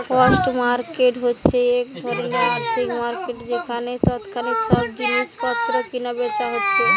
spot market হচ্ছে এক ধরণের আর্থিক মার্কেট যেখানে তৎক্ষণাৎ সব জিনিস পত্র কিনা বেচা হচ্ছে